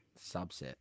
subset